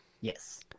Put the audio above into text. Yes